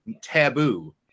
taboo